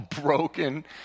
broken